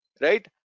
right